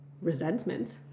resentment